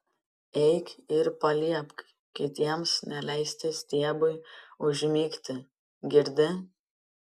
eik ir paliepk kitiems neleisti stiebui užmigti girdi